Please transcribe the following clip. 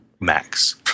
Max